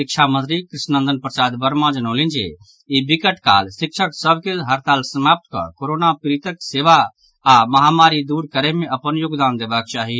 शिक्षा मंत्री कृष्णनंदन प्रसाद वर्मा जनौलनि जे ई विकट काल शिक्षक सभ के हड़ताल समाप्त कऽ कोरोना पीड़ितक सेवा आओर महामारी दूर करय मे अपन योगदान देबाक चाही